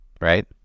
Right